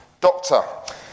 Doctor